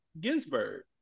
Ginsburg